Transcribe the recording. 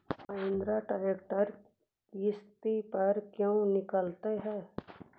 Mahindra tractor किसति पर क्यों निकालते हैं?